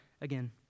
again